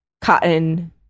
cotton